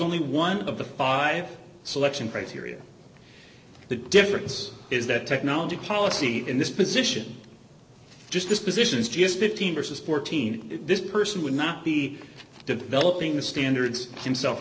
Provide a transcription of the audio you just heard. only one of the five selection criteria the difference is that technology policy in this position just this position is just fifteen years is fourteen if this person would not be developing the standards himself or